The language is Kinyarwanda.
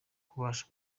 kubasha